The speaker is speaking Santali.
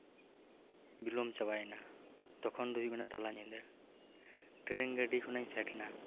ᱵᱤᱞᱚᱢ ᱪᱟᱵᱟᱭᱮᱱᱟ ᱛᱚᱠᱷᱚᱱ ᱫᱚ ᱦᱩᱭᱩᱜ ᱠᱟᱱᱟ ᱛᱟᱞᱟᱧᱤᱫᱟᱹ ᱴᱨᱮᱱ ᱜᱟᱹᱰᱤ ᱠᱷᱚᱱᱤᱧ ᱯᱷᱮᱰ ᱮᱱᱟ